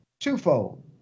Twofold